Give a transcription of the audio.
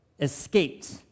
escaped